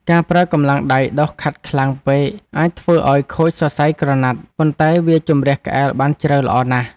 ការប្រើកម្លាំងដៃដុសខាត់ខ្លាំងពេកអាចធ្វើឱ្យខូចសាច់ក្រណាត់ប៉ុន្តែវាជម្រះក្អែលបានជ្រៅល្អណាស់។